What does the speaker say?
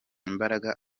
imbaraga